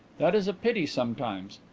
that is a pity sometimes.